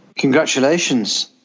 Congratulations